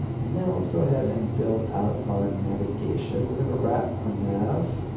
and now, let's go ahead and build out our navigation. we're gonna wrap our nav.